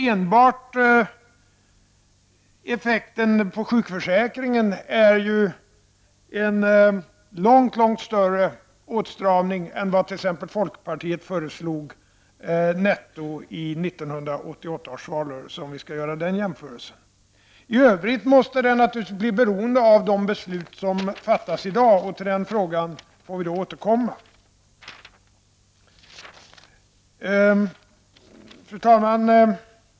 Enbart effekten på sjukförsäkringen innebär ju en långt större åtstramning än den som t.ex. folkpartiet föreslog netto i 1988 års valrörelse, om vi skall göra den jämförelsen. I övrigt måste förslagen bli beroende av de beslut som fattas i dag. Till den frågan får vi alltså återkomma. Fru talman!